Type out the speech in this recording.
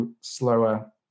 slower